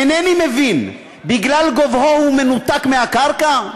אינני מבין, בגלל גובהו הוא מנותק מהקרקע?